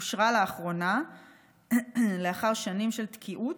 אושרה לאחרונה לאחר שנים של תקיעות,